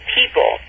people